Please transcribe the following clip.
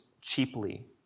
cheaply